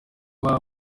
baba